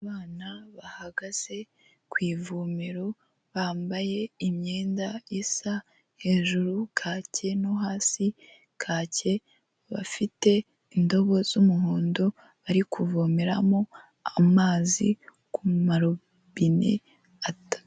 Abana bahagaze ku ivomero bambaye imyenda isa hejuru kake no hasi kake, bafite indobo z'umuhondo barikuvomeramo amazi ku marobine atatu.